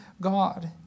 God